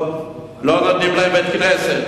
לא נותנים להם בית-כנסת.